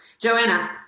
Joanna